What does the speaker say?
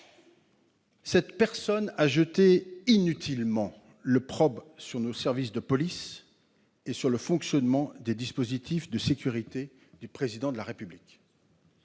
cette personne a jeté inutilement l'opprobre sur nos services de police et sur le fonctionnement des dispositifs de sécurité du Président de la République.